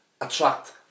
attract